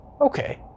okay